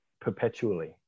perpetually